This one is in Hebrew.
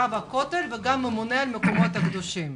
גם רב הכותל וגם הממונה על המקומות הקדושים.